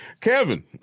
Kevin